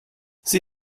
sie